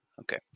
Okay